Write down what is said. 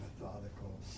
methodical